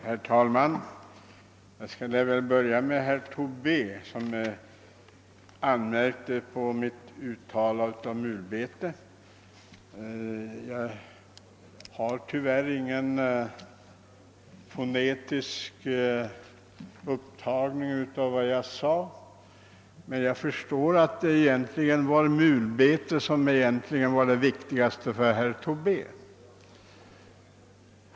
Herr talman! Jag skall börja med herr Tobé som anmärkte på mitt uttal av mulbete. Tyvärr har jag ingen fonetisk upptagning av vad jag sade, men jag förstår att det var mitt uttal av ordet som var viktigast för herr Tobé.